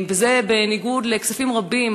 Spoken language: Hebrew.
וזה בניגוד לכספים רבים,